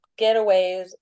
getaways